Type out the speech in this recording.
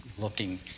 looking